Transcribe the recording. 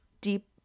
deep